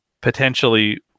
potentially